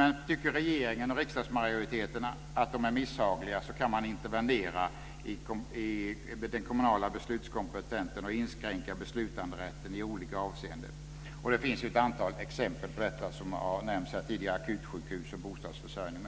Men tycker regeringen och riksdagsmajoriteten att de är misshagliga kan man intervenera i den kommunala beslutskompetensen och inskränka beslutanderätten i olika avseenden. Det finns ett antal exempel på detta som har nämnts här tidigare, t.ex. akutsjukhus och bostadsförsörjning.